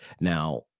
now